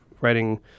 writing